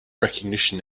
recognition